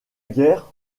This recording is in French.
guerre